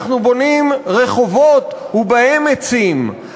אנחנו בונים רחובות ובהם עצים.